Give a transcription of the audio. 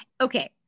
Okay